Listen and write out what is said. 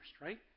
right